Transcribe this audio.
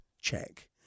check